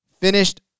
finished